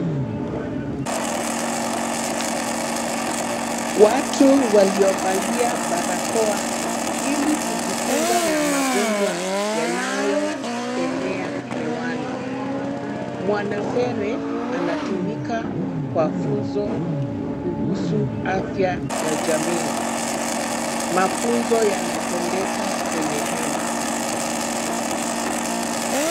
Watu waliovalia barakoa ili kujikinga na magonjwa yanayo enea hewani. Mwanasere anatumika kwa funzo kuhusu afya ya jamii. Mafunzo yatendeka kwenye hema.